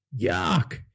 Yuck